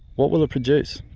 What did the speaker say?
what will it produce?